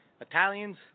Italians